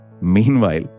Meanwhile